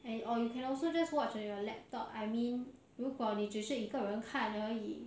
and or you can also just watch on your laptop I mean 如果你只是一个人看而已